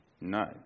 no